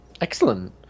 Excellent